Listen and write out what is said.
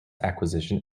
acquisition